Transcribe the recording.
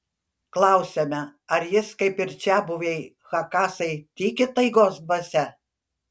klausiame ar jis kaip ir čiabuviai chakasai tiki taigos dvasia